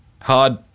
hard